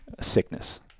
sickness